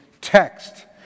text